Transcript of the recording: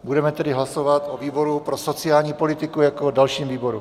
Budeme tedy hlasovat o výboru pro sociální politiku jako dalším výboru.